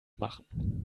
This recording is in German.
machen